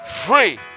Free